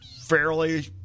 fairly